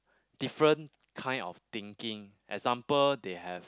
different kind of thinking example they have